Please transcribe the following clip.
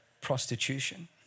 Prostitution